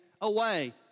away